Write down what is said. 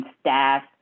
staff